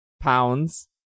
pounds